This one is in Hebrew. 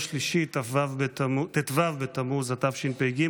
שלישי ט"ו בתמוז תשפ"ג,